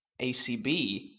ACB